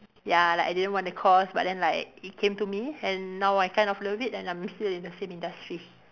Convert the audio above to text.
ya like I didn't want the course but then like it came to me and now I kind of love it and I'm still in the same industry